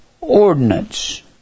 ordinance